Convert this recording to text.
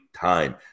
time